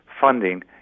funding